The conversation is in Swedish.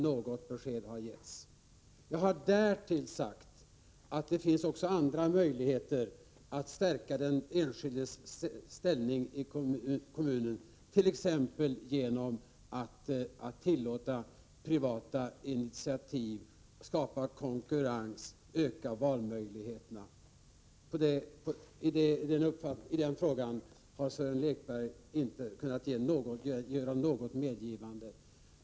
Något besked har inte getts. Jag har därtill sagt att det finns andra möjligheter att stärka den enskildes ställning i kommunen, t.ex. genom att tillåta privata initiativ, skapa konkurrens och öka valmöjligheterna. I den frågan har Sören Lekberg inte kunnat göra något medgivande.